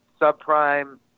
subprime